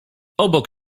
obok